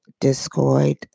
discoid